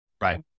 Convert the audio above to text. Right